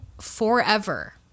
forever